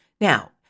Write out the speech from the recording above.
Now